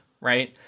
right